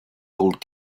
old